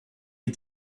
had